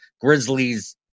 Grizzlies